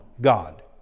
god